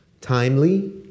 Timely